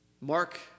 Mark